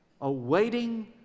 awaiting